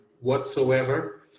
whatsoever